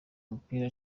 mupira